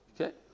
Okay